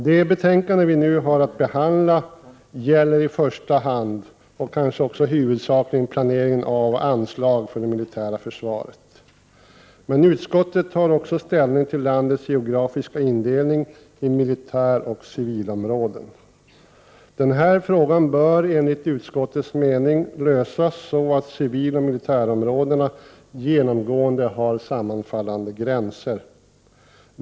Det betänkande vi nu har att behandla gäller i första hand och kanske också huvudsakligen planering av och anslag för det militära försvaret. Men utskottet tar också ställning till landets geografiska indelning i militäroch civilområden. Den frågan bör enligt utskottets mening lösas så att civiloch Prot. 1988/89:121 militärområdena genomgående har sammanfallande gränser.